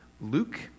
Luke